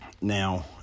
Now